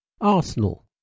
Arsenal